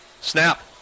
Snap